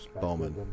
Bowman